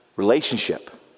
Relationship